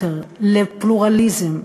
לפלורליזם,